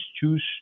choose